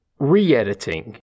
re-editing